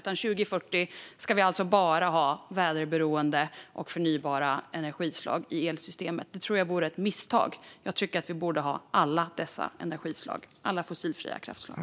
År 2040 ska vi alltså bara ha väderberoende och förnybara energislag i elsystemet. Det tror jag vore ett misstag. Jag tycker att vi borde ha alla fossilfria energislag.